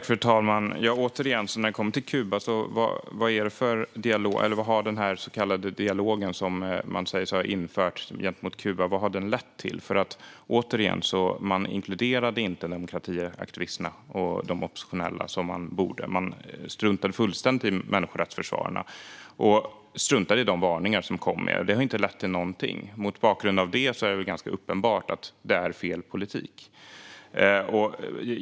Fru talman! Återigen: Vad har den så kallade dialog som man säger sig ha fört med Kuba lett till? Man inkluderade alltså inte demokratiaktivisterna och de oppositionella som man borde. Man struntade fullständigt i människorättsförsvararna och struntade i de varningar som kom. Det har ju inte lett till någonting, och mot bakgrund av det är det väl ganska uppenbart att detta är fel politik.